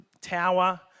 tower